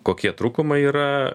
kokie trūkumai yra